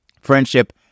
friendship